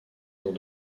dans